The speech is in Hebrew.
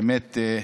באמת,